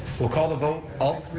we'll call the vote, all